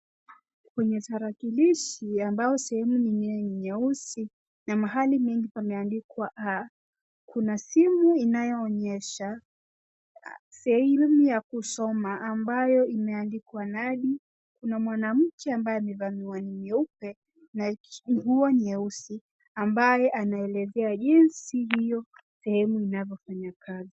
Kwenye tarakilishi ambayo sehemu enyewr nyeusi na mahali mengi imeandikwa, kuna sehemu inaonyesha sehemu ya kusoma ambayo imeandikwa nadi. Kuna mwanaume amevaa miwani na nguo nyeusi ambaye anaelezea jinsi io sehemu inavyo fanya kazi.